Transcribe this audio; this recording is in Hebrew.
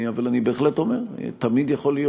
אבל אני בהחלט אומר: תמיד יכול להיות